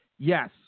Yes